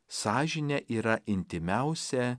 sąžinė yra intymiausia